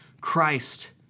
Christ